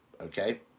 okay